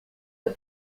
the